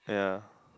yeah